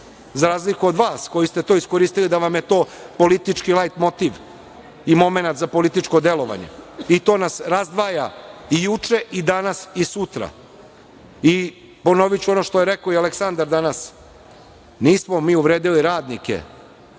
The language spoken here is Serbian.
za razliku od vas koji ste to iskoristili da vam je to politički lajt motiv i momenat za političko delovanje. To nas razdvaja i juče i danas i sutra. Ponoviću ono što je rekao i Aleksandar danas, nismo mi uvredili radnike,